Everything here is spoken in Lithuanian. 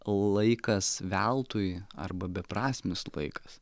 laikas veltui arba beprasmis laikas